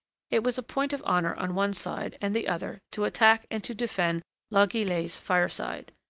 it was a point of honor on one side and the other to attack and to defend la guillette's fireside.